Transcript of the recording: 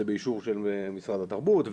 זה באישור של משרד התרבות,